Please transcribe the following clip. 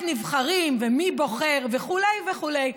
איך נבחרים ומי בוחר וכו' וכו'.